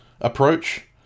approach